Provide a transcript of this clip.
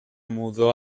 mudó